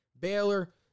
Baylor